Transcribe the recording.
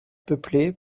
peuplée